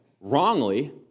wrongly